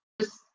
just-